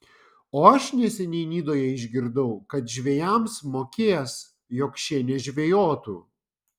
o aš neseniai nidoje išgirdau kad žvejams mokės jog šie nežvejotų